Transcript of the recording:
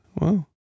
Wow